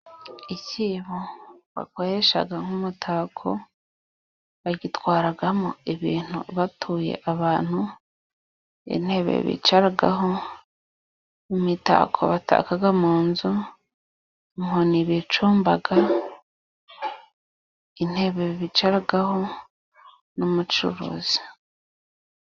Icyibo bakoresha nk'umutako, bagitwaramo ibintu batuye abantu, intebe bicaraho, imitako bataka mu nzu, inkoni bicumba, intebe bicaraho n'umucuruzi.